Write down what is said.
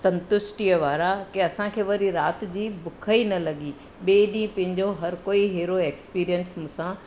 संतुष्टीअ वारा की असांखे वरी राति जी बुख ई न लॻी ॿिए ॾींहुं पंहिंजो हर कोई अहिड़ो एक्सपीरिएंस मूं सां